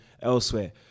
elsewhere